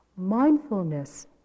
mindfulness